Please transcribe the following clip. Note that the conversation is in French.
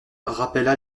rappela